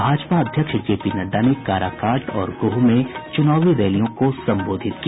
भाजपा अध्यक्ष जेपी नड्डा ने काराकाट और गोह में चुनावी रैलियों को संबोधित किया